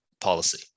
policy